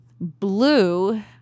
blue